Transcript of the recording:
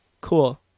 cool